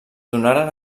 donaren